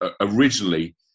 originally